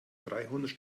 dreihundert